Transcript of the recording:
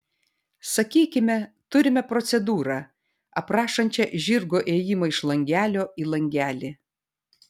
sakykime turime procedūrą aprašančią žirgo ėjimą iš langelio į langelį